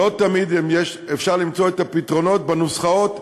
לא תמיד אפשר למצוא את הפתרונות בנוסחאות,